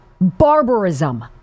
barbarism